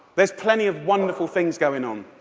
there is plenty of wonderful things going on.